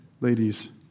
ladies